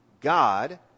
God